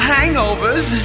Hangovers